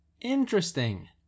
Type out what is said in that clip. Interesting